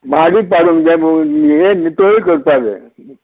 माडूय पाडूंक जाय पूण हें नितळूय करपाचें